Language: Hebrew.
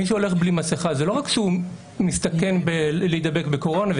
מי שהולך בלי מסכה זה לא רק שהוא מסתכן בהידבקות בקורונה,